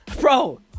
bro